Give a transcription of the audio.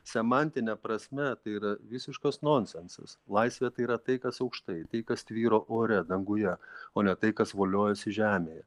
semantine prasme tai yra visiškas nonsensas laisvė tai yra tai kas aukštai tai kas tvyro ore danguje o ne tai kas voliojasi žemėje